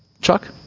Chuck